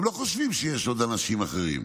הם לא חושבים שיש עוד אנשים אחרים.